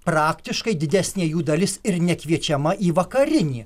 praktiškai didesnė jų dalis ir nekviečiama į vakarinį